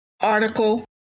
article